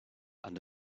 and